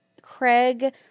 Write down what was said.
Craig